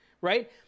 right